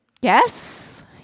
Yes